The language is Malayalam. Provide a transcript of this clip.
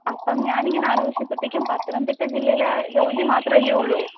അപ്പം ഞാൻ ഇങ്ങനെ ആലോചിച്ചപ്പത്തേക്കും പത്തനംതിട്ട ജില്ലയിൽ ജോജി മാത്രം അല്ലേ ഉള്ളൂ